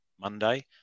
Monday